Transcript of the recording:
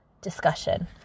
discussion